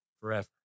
forever